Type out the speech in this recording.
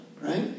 right